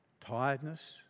tiredness